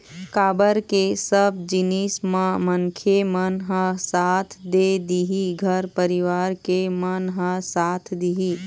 काबर के सब जिनिस म मनखे मन ह साथ दे दिही घर परिवार के मन ह साथ दिही